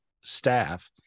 staff